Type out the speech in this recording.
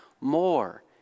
more